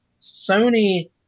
Sony